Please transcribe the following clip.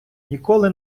ніколи